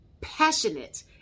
passionate